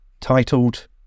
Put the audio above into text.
titled